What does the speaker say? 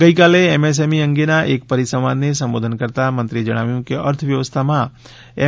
ગઈકાલે એમએસએમઇ અંગેના એક પરિસંવાદને સંબોધન કરતાં મંત્રીએ જણાવ્યું કે અર્થવ્યવસ્થામાં એમ